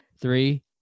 three